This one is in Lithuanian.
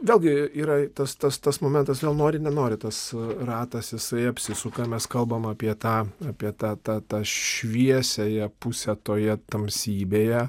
vėlgi yra tas tas tas momentas vėl nori nenori tas ratas jisai apsisuka mes kalbam apie tą apie tą tą tą šviesiąją pusę toje tamsybėje